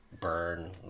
burn